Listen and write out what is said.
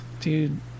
Dude